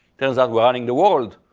turns out we are running the world,